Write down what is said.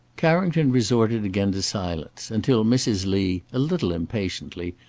carrington resorted again to silence, until mrs. lee, a little impatiently,